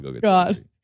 God